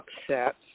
upset